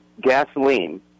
gasoline